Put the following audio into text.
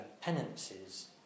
penances